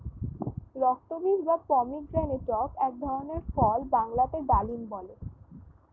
রক্তবীজ বা পমিগ্রেনেটক এক ধরনের ফল বাংলাতে ডালিম বলে